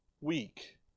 weak